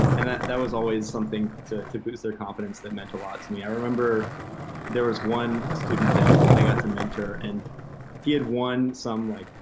and that that was always something to to boost their confidence. that meant a lot to me, i remember there was one student that i got to mentor and he had won some like,